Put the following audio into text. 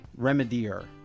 remedier